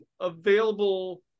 available